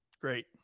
Great